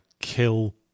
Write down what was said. kill